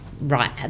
right